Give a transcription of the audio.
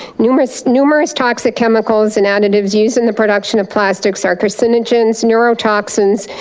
numerous numerous toxic chemicals and additives used in the production of plastics are carcinogens, neurotoxins,